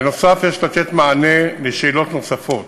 בנוסף, יש לתת מענה על שאלות נוספות,